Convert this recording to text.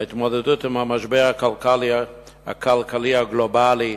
ההתמודדות עם המשבר הכלכלי הגלובלי,